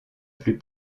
plus